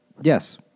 Yes